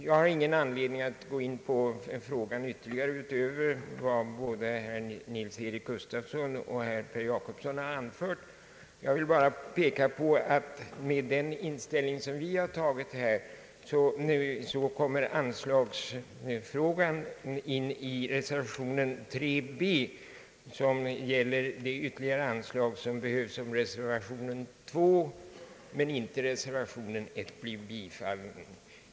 Jag har ingen anledning att gå in på frågan ytterligare utöver vad herr Nils Eric Gustafsson och herr Jacobsson anfört. Jag vill bara peka på att med den inställning vi har kommer anslagsfrågan in i reservation 3 b, som gäller det ytterligare anslag som behövs, om reservation 2 men inte reservation 1 blir bifallen.